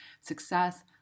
success